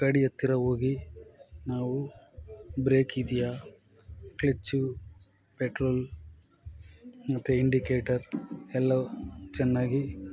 ಗಾಡಿ ಹತ್ತಿರ ಹೋಗಿ ನಾವು ಬ್ರೇಕ್ ಇದೆಯಾ ಕ್ಲಚ್ಚು ಪೆಟ್ರೋಲ್ ಮತ್ತೆ ಇಂಡಿಕೇಟರ್ ಎಲ್ಲವೂ ಚೆನ್ನಾಗಿ